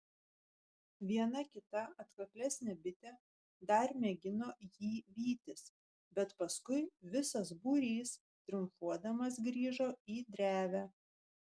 viena kita atkaklesnė bitė dar mėgino jį vytis bet paskui visas būrys triumfuodamas grįžo į drevę